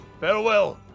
farewell